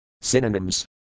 Synonyms